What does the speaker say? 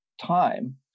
time